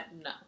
No